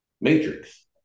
Matrix